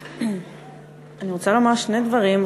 אני רוצה לומר שני דברים.